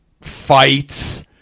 fights